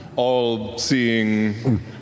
All-seeing